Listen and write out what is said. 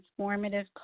Transformative